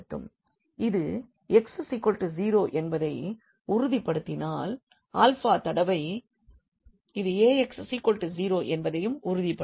இது x 0 என்பதை உறுதிப்படுத்தினால் ஆல்ஃபா தடவை இது Ax0 என்பதையும் உறுதிப்படுத்தும்